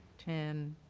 ten,